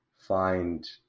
find